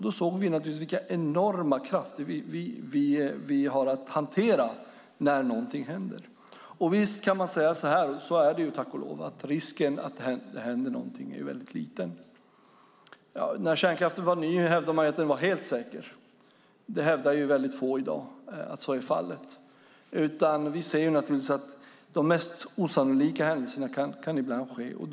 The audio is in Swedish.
Då såg vi vilka enorma krafter vi har att hantera när någonting händer. Visst kan man säga att risken att det händer någonting är väldigt liten - och så är det ju, tack och lov. När kärnkraften var ny hävdade man att den var helt säker. Det är få som i dag hävdar att så är fallet. Men vi ser att de mest osannolika händelser ibland kan inträffa.